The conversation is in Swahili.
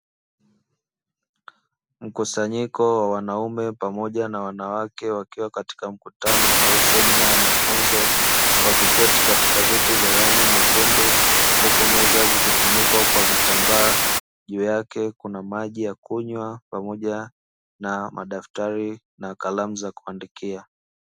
Mkusanyiko wa wanaume pamoja na wanawake wakiwa katika mkutano au semina ya mafunzo, wakiketi katika viti vya rangi nyekundu, huku meza zikifunikwa kwa vitambaa juu yake kuna maji ya kunywa pamoja na madaftari na kalamu za kuandikia.